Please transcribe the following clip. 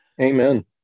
Amen